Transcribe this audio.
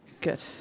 Good